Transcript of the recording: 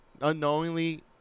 Unknowingly